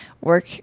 work